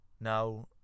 Now